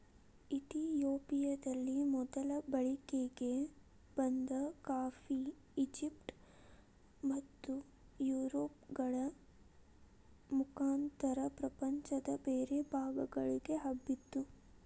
ಇತಿಯೋಪಿಯದಲ್ಲಿ ಮೊದಲು ಬಳಕೆಗೆ ಬಂದ ಕಾಫಿ, ಈಜಿಪ್ಟ್ ಮತ್ತುಯುರೋಪ್ಗಳ ಮುಖಾಂತರ ಪ್ರಪಂಚದ ಬೇರೆ ಭಾಗಗಳಿಗೆ ಹಬ್ಬಿತು